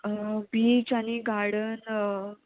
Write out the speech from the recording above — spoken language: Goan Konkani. बीच आनी गार्डन